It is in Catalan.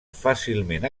fàcilment